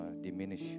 diminish